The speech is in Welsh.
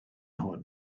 hwn